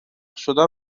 شدن